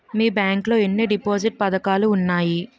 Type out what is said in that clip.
మీ bank లో ఎన్ని deposit పథకాలు ఉన్నాయి?